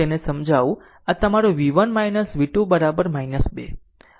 આમ આ તમારું v1 v2 2 અથવા v2 v1 2